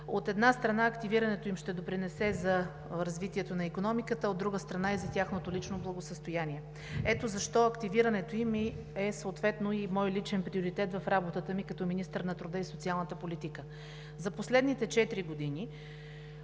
От една страна, активирането им ще допринесе за развитието на икономиката, а от друга страна, и за тяхното лично благосъстояние. Ето защо активирането им е съответно и мой личен приоритет в работата ми като министър на труда и социалната политика. За последните четири